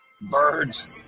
Birds